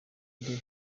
day